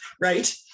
Right